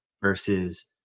versus